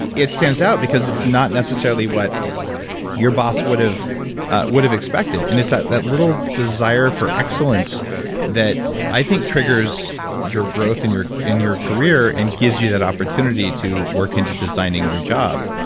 it stands out because it's not necessarily what your boss would have would have expected and it's that that little desire for excellence that i think triggers your growth in your in your career and gives you that opportunity to work into designing your job.